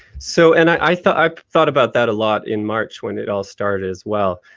so and i thought i thought about that a lot in march when it all started, as well.